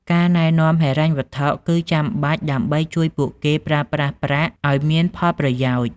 ការណែនាំហិរញ្ញវត្ថុគឺចាំបាច់ដើម្បីជួយពួកគេប្រើប្រាស់ប្រាក់ឱ្យមានផលប្រយោជន៍។